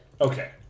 Okay